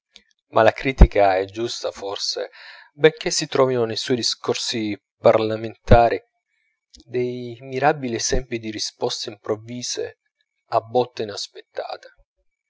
ma la critica è giusta forse benchè si trovino nei suoi discorsi parlamentari dei mirabili esempi di risposte improvvise a botte inaspettate